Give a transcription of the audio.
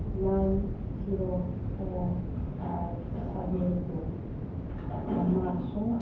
nine zero four eight seven two ꯑꯃꯁꯨꯡ